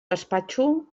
gaspatxo